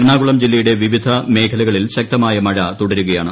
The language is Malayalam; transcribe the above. എറണാകുളം ജില്ലയുടെ വിവിധ മേഖലകളിൽ ശക്തമായ മഴ തുടരുകയാണ്